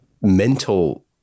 mental